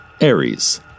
Aries